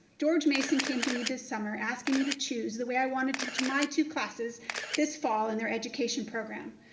george mason came to me this summer asking me to choose the way i wanna teach my two classes this fall, in their education program.